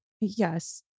yes